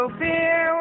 fear